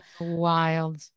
wild